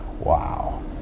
wow